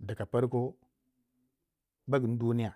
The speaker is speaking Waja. daka parko bagumu duniya